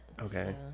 okay